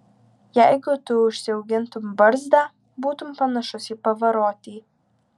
jeigu tu užsiaugintum barzdą būtum panašus į pavarotį